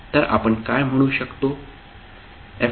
तर आपण काय म्हणू शकतो